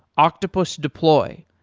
octopus deploy,